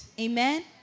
Amen